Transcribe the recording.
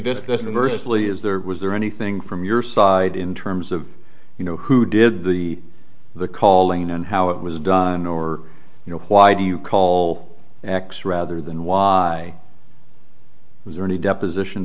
inversely is there was there anything from your side in terms of you know who did the the calling and how it was done or you know why do you call it x rather than why is there any deposition